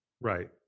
right